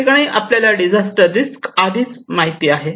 या ठिकाणी आपल्याला डिझास्टर रिस्क आधीच माहिती आहे